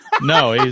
No